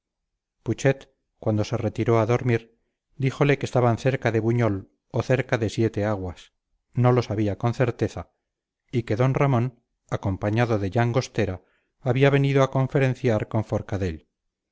putxet cuando se retiró a dormir díjole que estaban cerca de buñol o cerca de siete aguas no lo sabía con certeza y que don ramón acompañado de llangostera había venido a conferenciar con forcadell